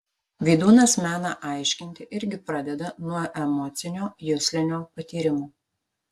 vydūnas meną aiškinti irgi pradeda nuo emocinio juslinio patyrimo